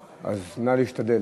אז נא להשתדל.